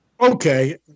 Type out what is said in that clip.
Okay